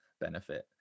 benefit